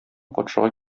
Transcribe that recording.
патшага